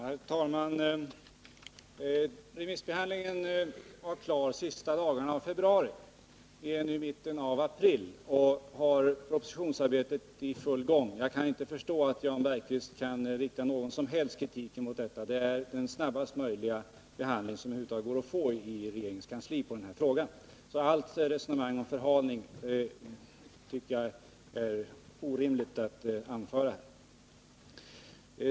Herr talman! Remissbehandlingen var klar någon av de sista dagarna i februari. Vi är nu i mitten av april och har propositionsarbetet i full gång. Jag kan inte förstå att Jan Bergqvist kan rikta någon som helst kritik mot detta. Det är den snabbaste behandling som det över huvud taget är möjligt att få i regeringens kansli av den här frågan. Allt resonemang om förhalning tycker jag är orimligt.